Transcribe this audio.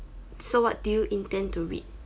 so what do you intend to read